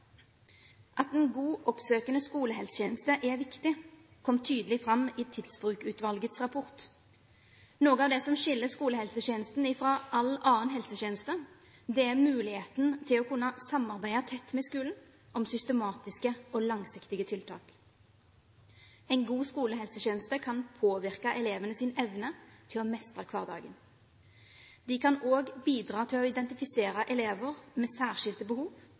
At en god oppsøkende skolehelsetjeneste er viktig, kom tydelig fram i Tidsbrukutvalgets rapport. Noe av det som skiller skolehelsetjenesten fra all annen helsetjeneste, er muligheten til å kunne samarbeide tett med skolen om systematiske og langsiktige tiltak. En god skolehelsetjeneste kan påvirke elevenes evne til å mestre hverdagen. Den kan også bidra til å identifisere elever med særskilte behov,